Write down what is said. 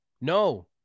No